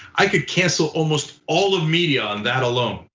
i could cancel almost all of media on that alone,